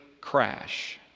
crash